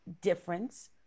difference